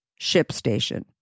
ShipStation